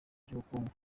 by’ubukungu